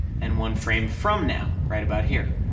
and one frame from now, right about here,